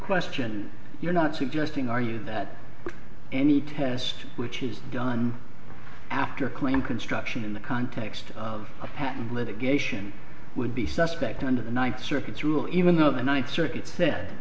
question you're not suggesting are you that any test which is done after queen construction in the context of a patent litigation would be suspect under the ninth circuit's rule even though the ninth circuit said